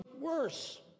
worse